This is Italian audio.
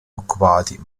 occupati